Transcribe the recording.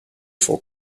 for